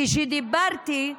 כשדיברתי,